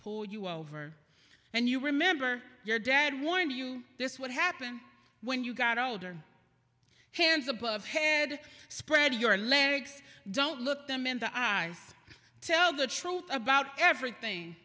pull you over and you remember your dad warning you this would happen when you got older hands above head spread your legs don't look them in the eyes tell the truth about everything